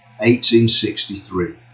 1863